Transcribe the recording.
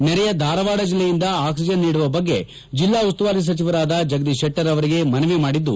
ನೆರೆಯ ಧಾರವಾದ ಜಿಲ್ಲೆಯಿಂದ ಆಕ್ಸಿಜನ್ ನೀಡುವ ಬಗ್ಗೆ ಜಿಲ್ಲಾ ಉಸ್ತುವಾರಿ ಸಚಿವರಾದ ಜಗದೀಶ ಶೆಟ್ಟರ್ ಅವರಿಗೆ ಮನವಿ ಮಾಡಿದ್ದು